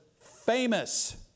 famous